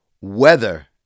Weather